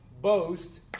Boast